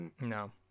No